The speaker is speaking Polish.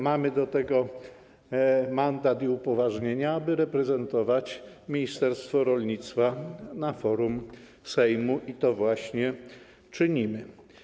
Mamy do tego mandat i upoważnienia, aby reprezentować ministerstwo rolnictwa na forum Sejmu, i to właśnie czynimy.